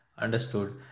Understood